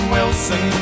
Wilson